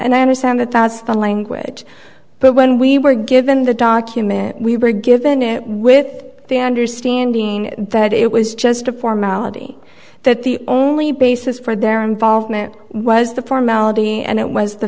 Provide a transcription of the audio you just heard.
and i understand that that's the language but when we were given the document we were given it with the understanding that it was just a formality that the only basis for their involvement was the formality and it was the